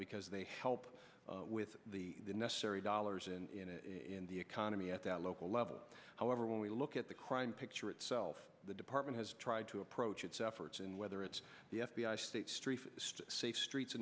because they help with the necessary dollars in in the economy at that local level however when we look at the crime picture itself the department has tried to approach its efforts and whether it's the f b i state street safe streets